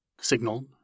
signaled